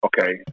Okay